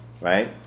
Right